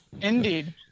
Indeed